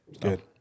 Good